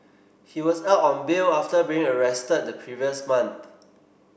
he was out on bail after being arrested the previous month